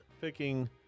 picking